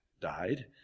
died